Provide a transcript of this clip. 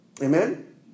Amen